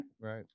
Right